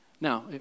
Now